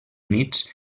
units